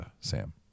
Sam